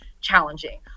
challenging